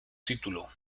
título